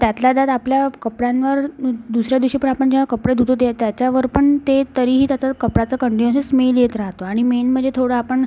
त्यातल्या त्यात आपल्या कपड्यांवर दुसऱ्या दिवशी पण आपण जेव्हा कपडे धुतो ते त्याच्यावर पण ते तरीही त्याचा कपड्याचा कन्डेन्यहस स्मेल येत राहतो आणि मेन म्हणजे थोडं आपण